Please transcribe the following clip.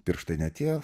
pirštai ne tie